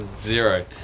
Zero